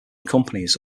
companies